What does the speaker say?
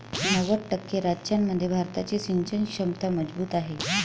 नव्वद टक्के राज्यांमध्ये भारताची सिंचन क्षमता मजबूत आहे